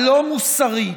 הלא-מוסרית,